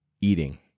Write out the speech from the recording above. eating